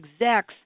execs